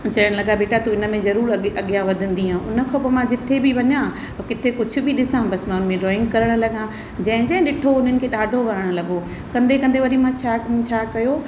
चवण लॻा बेटा तूं हिनमें ज़रूरु अॻ अॻियां वधंदीअ हुन खां पोइ मां जिथे बि वञा किथे कुझु बि ॾिसां बसि मन में ड्रॉइंग करण लॻां जंहिं जंहिं ॾिठो उन्हनि खे ॾाढो वणणु लॻो कंदे कंदे वरी छा छा कयो